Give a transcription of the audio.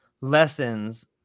lessons